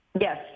Yes